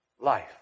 life